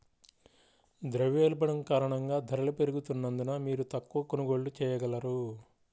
ద్రవ్యోల్బణం కారణంగా ధరలు పెరుగుతున్నందున, మీరు తక్కువ కొనుగోళ్ళు చేయగలరు